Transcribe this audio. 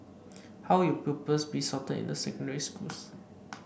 how will pupils be sorted into secondary schools